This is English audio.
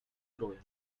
growing